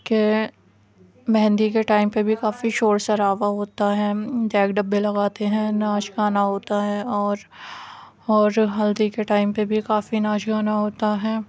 کہ مہندی کے ٹائم پہ بھی کافی شور شرابہ ہوتا ہیں دیک ڈبے لگاتے ہیں ناچ گانا ہوتا ہے اور اور ہلدی کے ٹائم پہ بھی کافی ناچ گانا ہوتا ہے